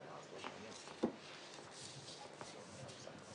כל התקלות זה בבניין הזה, במקום